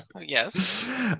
Yes